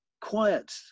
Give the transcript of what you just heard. quiet